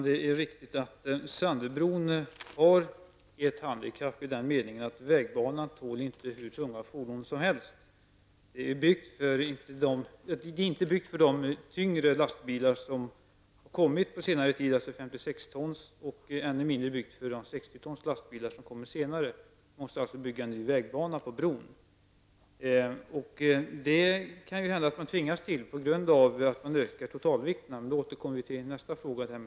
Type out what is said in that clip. Herr talman! Sandöbron har ett handikapp i den meningen att vägbanan inte tål hur tunga fordon som helst. Den är inte byggd för de tyngre lastbilar som har kommit på senare tid, dvs. de på 56 ton, och den är i ännu mindre utsträckning byggd för de lastbilar på 60 ton som kommer senare. Man måste alltså bygga en ny vägbana på bron. Det kan hända att man tvingas till detta på grund av att man ökar totalvikterna, men detta återkommer vi till i nästa fråga.